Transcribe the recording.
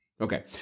Okay